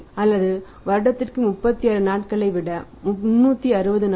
அல்லது வருடத்திற்கு 36 நாட்களை விட 360 நாட்கள்